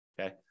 Okay